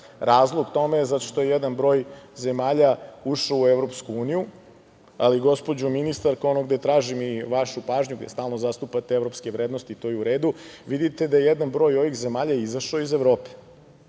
Razlog tome je zato što je jedan broj zemalja ušao u EU. Ali, gospođo ministarka, ono gde tražim i vašu pažnju, vi stalno zastupate evropske vrednosti i to je u redu, vidite da je jedan broj ovih zemalja izašao iz Evrope.